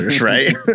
right